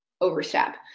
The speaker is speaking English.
overstep